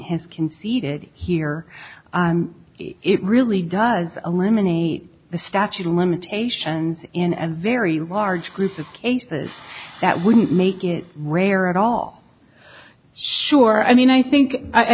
has conceded here it really does eliminate the statute of limitations in and very large groups of cases that wouldn't make it rare at all sure i mean i think i